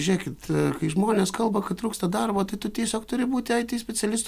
žiūrėkit kai žmonės kalba kad trūksta darbo tai tu tiesiog turi būti it specialistu